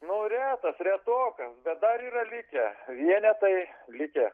nu reatas retokas bet dar yra likę vienetai likę